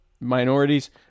minorities